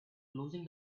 closing